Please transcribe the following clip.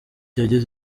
yageze